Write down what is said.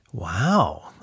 Wow